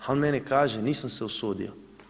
A on meni kaže, nisam se usudio.